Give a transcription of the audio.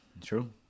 True